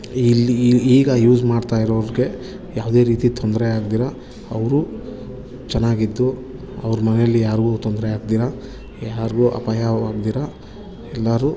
ಇಲ್ಲಿ ಈಗ ಯೂಸ್ ಮಾಡ್ತಾ ಇರೋರಿಗೆ ಯಾವುದೇ ರೀತಿ ತೊಂದರೆ ಆಗ್ದಿರ ಅವರು ಚೆನ್ನಾಗಿದ್ದು ಅವ್ರ ಮನೆಯಲ್ಲಿ ಯಾರಿಗೂ ತೊಂದರೆ ಆಗ್ದಿರ ಯಾರಿಗೂ ಅಪಾಯವಾಗ್ದಿರ ಎಲ್ಲರೂ